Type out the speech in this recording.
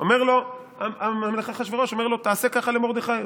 אומר לו המלך אחשוורוש: תעשה ככה למרדכי.